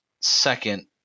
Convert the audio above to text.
second